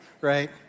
right